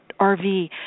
RV